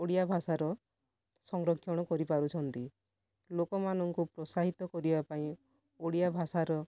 ଓଡ଼ିଆ ଭାଷାର ସଂରକ୍ଷଣ କରିପାରୁଛନ୍ତି ଲୋକମାନଙ୍କୁ ପ୍ରୋତ୍ସାହିତ କରିବା ପାଇଁ ଓଡ଼ିଆ ଭାଷାର